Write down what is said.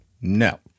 No